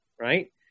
right